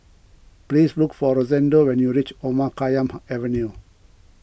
please look for Rosendo when you reach Omar Khayyam Avenue